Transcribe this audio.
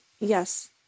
Yes